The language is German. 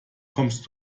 kommst